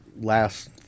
last